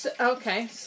Okay